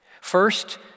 first